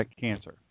cancer